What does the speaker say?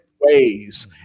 ways